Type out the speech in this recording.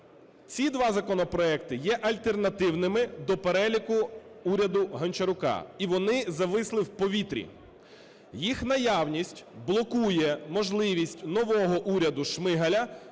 Ці два законопроекти є альтернативними до переліку уряду Гончарука, і вони зависли у повітрі. Їх наявність блокує можливість нового уряду Шмигаля